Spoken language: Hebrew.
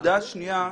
הנקודה השנייה,